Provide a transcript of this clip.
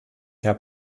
der